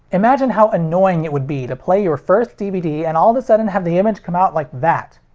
imagine how annoying it would be to play your first dvd and all of the sudden have the image come out like that.